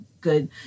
good